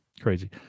Crazy